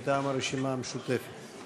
מטעם הרשימה המשותפת.